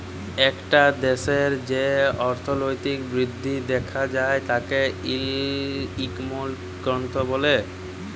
একটা দ্যাশের যে অর্থলৈতিক বৃদ্ধি দ্যাখা যায় তাকে ইকলমিক গ্রথ ব্যলে